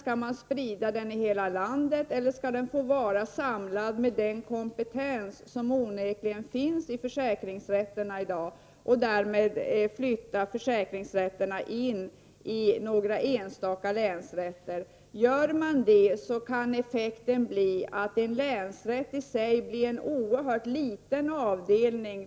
Skall den spridas över hela landet, eller skall den vara samlad med den kompetens som onekligen finns i försäkringsrätterna i dag och därmed flytta försäkringsrätterna in i några enstaka länsrätter? Gör man det kan effekten bli att en länsrätt i sig blir en oerhört liten avdelning.